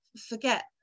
forget